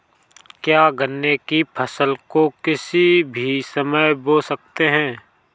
क्या गन्ने की फसल को किसी भी समय बो सकते हैं?